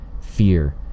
fear